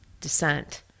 descent